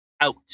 out